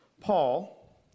Paul